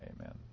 amen